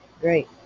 Great